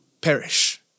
perish